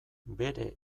bere